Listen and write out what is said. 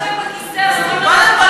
אנחנו חייבים לשבת בכיסא.